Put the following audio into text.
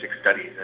studies